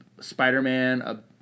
Spider-Man